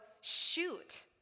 shoot